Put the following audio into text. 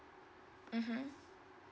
mmhmm